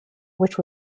which